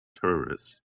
terrorists